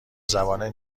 زبانه